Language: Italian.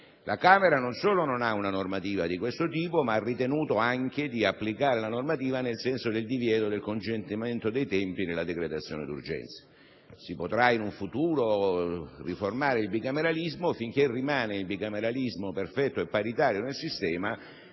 La Camera non solo non ha una normativa di questo tipo, ma ha ritenuto anche di applicare la normativa nel senso del divieto del contingentamento dei tempi nella decretazione d'urgenza. Si potrà, in futuro, riformare il bicameralismo, ma finché permane il sistema del bicameralismo perfetto e paritario non è